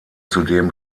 zudem